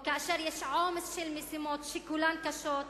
או כאשר יש עומס של משימות שכולן קשות,